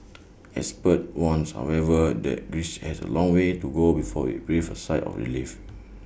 experts warn however that Greece has A long way to go before IT breathe A sigh of relief